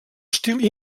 estil